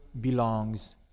belongs